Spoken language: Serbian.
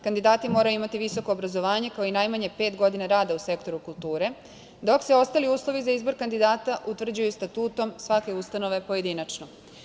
Kandidati moraju imati visoko obrazovanje, kao i najmanje pet godina rada u sektoru kulture, dok se ostali uslovi za izbor kandidata utvrđuju Statutom svake ustanove pojedinačno.